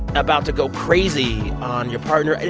about to go crazy on your partner?